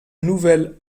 nouvel